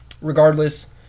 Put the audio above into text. regardless